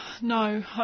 No